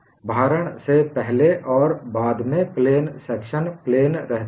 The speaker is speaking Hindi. भारण से पहले और बाद में प्लेन सेक्शन प्लेन रहते हैं